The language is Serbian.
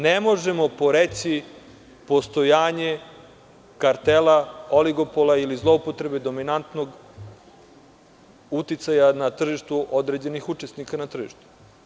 Ne možemo poreći postojanje kartela, oligopola ili zloupotrebe dominantnog uticaja na tržištu određenih učesnika na tržištu.